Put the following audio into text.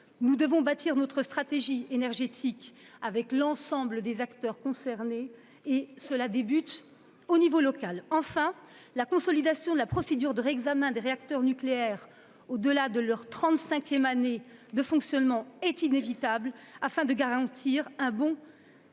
Nous devons bâtir notre stratégie énergétique avec l'ensemble des acteurs concernés ; cela commence à l'échelon local. Enfin, la consolidation de la procédure de réexamen des réacteurs nucléaires au-delà de leur trente-cinquième année de fonctionnement est inévitable, afin de garantir un bon